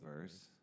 verse